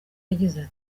yagize